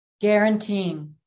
Guaranteeing